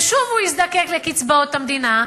ושוב הוא יזדקק לקצבאות המדינה,